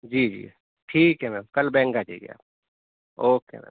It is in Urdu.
جی جی ٹھیک ہے میم کل بینک آ جائیے آپ اوکے میم